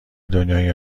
دنیای